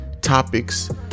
topics